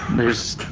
there's.